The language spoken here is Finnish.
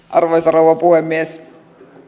arvoisa rouva puhemies